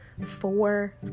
four